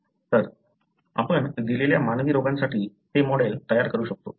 तर आपण दिलेल्या मानवी रोगासाठी ते मॉडेल तयार करू शकता